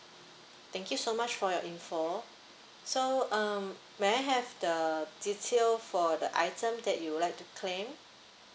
thank you so much for your info so um may I have the detail for the item that you would like to claim